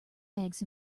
eggs